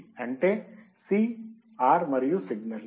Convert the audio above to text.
అంటే C R మరియు signal